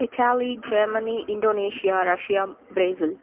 Italy Germany Indonesia Russia Brazil